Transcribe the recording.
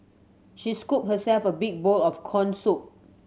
she scooped herself a big bowl of corn soup